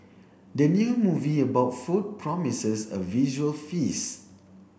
the new movie about food promises a visual feast